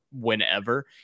whenever